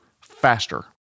faster